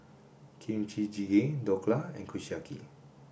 Kimchi Jjigae Dhokla and Kushiyaki